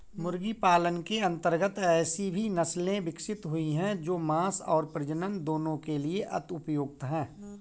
मुर्गी पालन के अंतर्गत ऐसी भी नसले विकसित हुई हैं जो मांस और प्रजनन दोनों के लिए अति उपयुक्त हैं